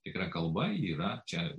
tikra kalba yra čia